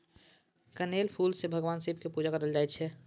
कनेलक फुल सँ भगबान शिब केर पुजा कएल जाइत छै